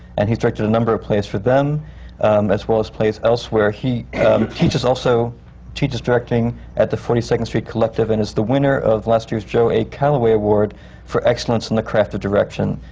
and he's directed a number of plays for them as well as plays elsewhere. he also teaches directing at the forty second street collective and is the winner of last year's joe a. callaway award for excellence in the craft of direction,